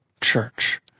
Church